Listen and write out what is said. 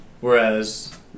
Whereas